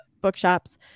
bookshops